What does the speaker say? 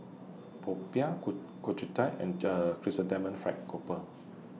Popiah Ku Ku Chai Thai and Chrysanthemum Fried Grouper